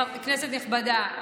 כנסת נכבדה,